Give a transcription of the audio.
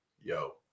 yo